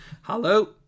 Hello